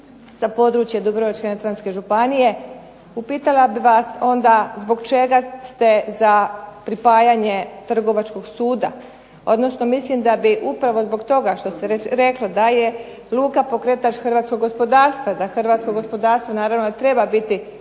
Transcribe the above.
sa područja Dubrovačko-neretvanske županije, upitala bih vas onda zbog čega ste za pripajanje Trgovačkog suda, odnosno mislim da bi upravo zbog toga što ste već rekli da je luka pokretač hrvatskog gospodarstva, da hrvatsko gospodarstvo naravno treba biti